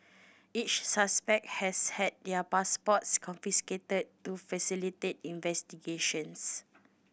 each suspect has had their passports confiscated to facilitate investigations